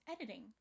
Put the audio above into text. editing